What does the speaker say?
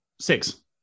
Six